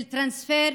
של טרנספר,